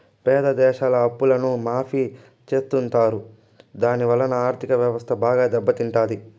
పేద దేశాల అప్పులను మాఫీ చెత్తుంటారు దాని వలన ఆర్ధిక వ్యవస్థ బాగా దెబ్బ తింటాది